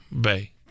bay